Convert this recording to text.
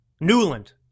Newland